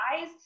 eyes